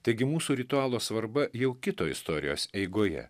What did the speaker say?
taigi mūsų ritualo svarba jau kitoj istorijos eigoje